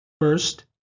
First